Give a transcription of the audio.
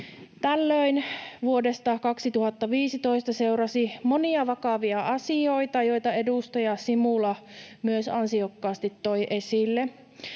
Tällöin vuodesta 2015 seurasi monia vakavia asioita, joita edustaja Simula myös ansiokkaasti toi esille.